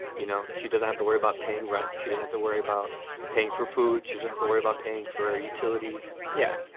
you know, she doesn't have to worry about paying rent. she doesn't worry about paying for food. she's ah have to worry about paying for utilities. yeah.